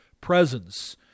presence